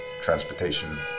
transportation